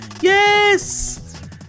Yes